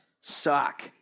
suck